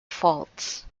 faults